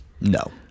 no